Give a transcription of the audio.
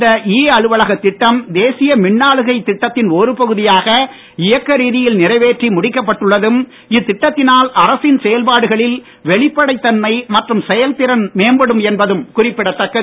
இந்த இ அலவலக திட்டம் தேசிய மின்னாளுகை திட்டத்தின் ஒரு பகுதியாக இயக்க ரீதியில் நிறைவேற்றி முடிக்கப்பட்டுள்ளதும் இத்திட்டத்தினால் அரசின் செயல்பாடுகளில் வெளிப்படத்தன்மை மற்றும் செயல்திறன் மேம்படும் என்பதும் குறிப்பிடத்தக்கது